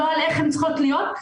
על איך שהן צריכות להיות.